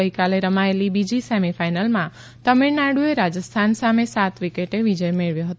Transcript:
ગઇકાલે રમાયેલી બીજી સેમિફાઈનલમાં તમીળનાડુએ રાજસ્થાન સામે સાત વિકેટે વિજય મેળવ્યો હતો